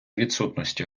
відсутності